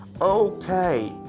okay